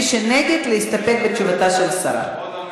מי שנגד, להסתפק בתשובתה של השרה.